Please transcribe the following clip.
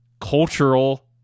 cultural